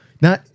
now